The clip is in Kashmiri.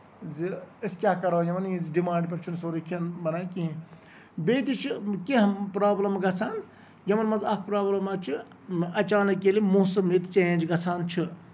زِ أسۍ کیاہ کَرو یِمن یِہنزِ ڈِمانڈ پٮ۪ٹھ چھُنہٕ سورُے کھٮ۪ن بَنان کِہینۍ نہٕ بیٚیہِ تہِ چھِ کیٚنٛہہ پروبلِم گژھان یِمن منٛز اکھ پروبلِما چھِ اَچانک ییٚلہِ موسَم ییٚتہِ جینج گژھان چھُ